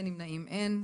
נמנעים אין,